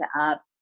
up